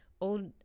old